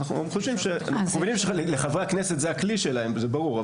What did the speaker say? אנחנו מבינים שלחברי הכנסת זה הכלי שלהם וזה ברור,